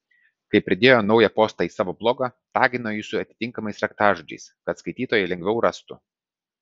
kai pridėjo naują postą į savo blogą tagino jį su atitinkamais raktažodžiais kad skaitytojai lengviau rastų